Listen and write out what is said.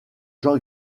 jean